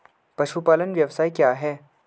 पशुपालन व्यवसाय क्या है?